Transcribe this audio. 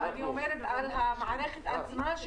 אני מדברת על המערכת עצמה,